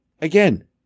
again